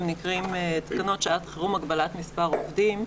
הוא נקרא "תקנות שעת חירום (הגבלת מספר עובדים)".